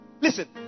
Listen